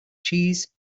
cheese